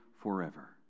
forever